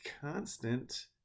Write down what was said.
constant